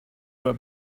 were